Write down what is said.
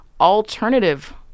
alternative